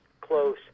close